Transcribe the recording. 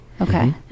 Okay